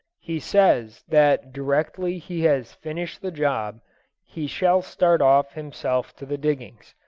he says that directly he has finished the job he shall start off himself to the diggings.